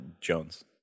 jones